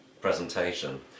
presentation